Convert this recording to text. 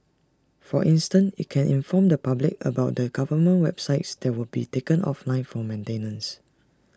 for instance IT can inform the public about the government websites that would be taken offline for maintenance